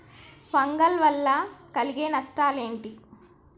Fungal వల్ల కలిగే నష్టలేంటి?